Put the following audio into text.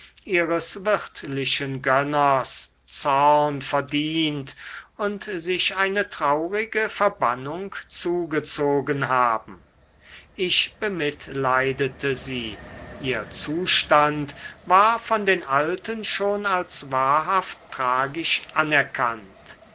wirtlichen gönners zorn verdient und sich eine traurige verbannung zugezogen haben ich bemitleidete sie ihr zustand war von den alten schon als wahrhaft tragisch anerkannt